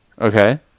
Okay